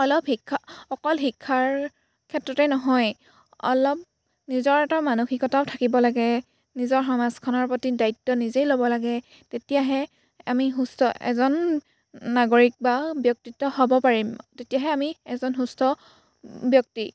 অলপ শিক্ষা অকল শিক্ষাৰ ক্ষেত্ৰতে নহয় অলপ নিজৰ এটা মানসিকতাও থাকিব লাগে নিজৰ সমাজখনৰ প্ৰতি দায়িত্ব নিজেই ল'ব লাগে তেতিয়াহে আমি সুস্থ এজন নাগৰিক বা ব্যক্তিত্ব হ'ব পাৰিম তেতিয়াহে আমি এজন সুস্থ ব্যক্তি